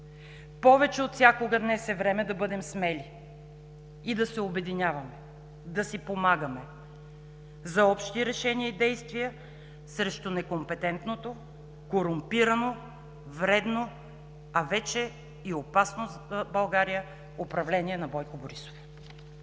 Повече отвсякога днес е време да бъдем смели и да се обединяваме, да си помагаме за общи решения и действия срещу некомпетентното, корумпирано, вредно, а вече и опасно за България управление на Бойко Борисов.